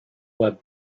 web